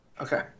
Okay